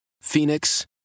Phoenix